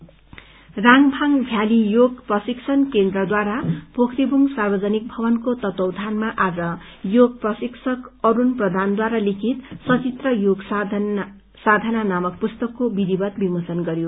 release राङभाङ valley योग प्रशिक्षण केन्द्रद्वारा पोख्रेबुङ सार्वजनिक भवनको तत्वावधानमा आज योग प्रशिक्षक अरूण प्रधानद्वारा लिखित संचित्र योग साधना नामक पुस्तकको विधिवत विमोचन गरियो